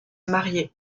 marier